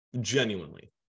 Genuinely